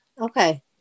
Okay